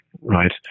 right